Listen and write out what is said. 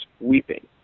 weeping